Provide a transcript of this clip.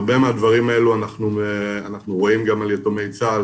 הרבה מהדברים האלה אנחנו רואים גם על יתומי צה"ל,